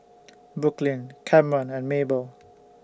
Brooklynn Camron and Maybell